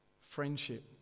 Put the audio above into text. friendship